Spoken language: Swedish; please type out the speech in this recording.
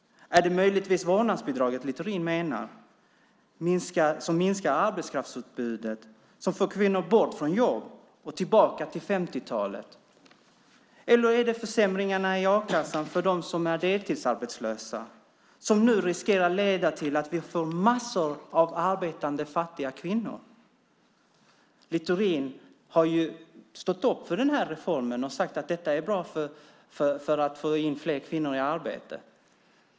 Är det möjligtvis vårdnadsbidraget Littorin menar, som minskar arbetskraftsutbudet och som för kvinnor bort från jobb och tillbaka till 50-talet? Eller är det försämringarna i a-kassan för dem som är deltidsarbetslösa, som nu riskerar att leda till att vi får massor av arbetande fattiga kvinnor? Littorin har stått upp för den här reformen och sagt att detta är bra för att få in fler kvinnor i arbete.